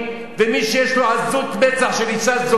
ומי שיש לו עזות מצח של אשה זונה,